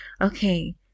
Okay